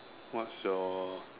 what's your